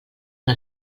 una